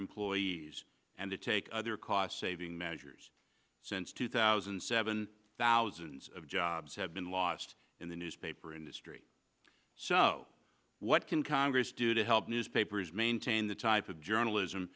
employees and to take other cost saving measures since two thousand and seven thousands of jobs have been lost in the newspaper industry so what can congress do to help newspapers maintain the type of journalism